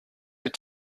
your